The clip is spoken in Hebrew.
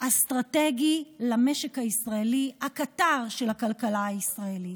אסטרטגי למשק הישראלי, הקטר של הכלכלה הישראלית.